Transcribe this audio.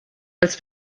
als